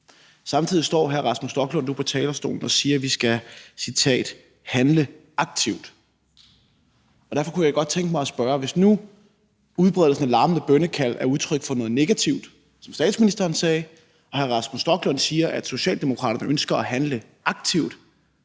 Samtidig står hr. Rasmus Stoklund nu på talerstolen og siger, at vi skal »handle aktivt«. Derfor kunne jeg godt tænke mig at spørge: Hvis nu udbredelsen af larmende bønnekald er udtryk for noget negativt, som statsministeren sagde, og når hr. Rasmus Stoklund siger, at Socialdemokraterne ønsker at handle aktivt,